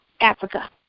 Africa